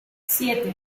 siete